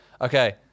okay